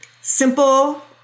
simple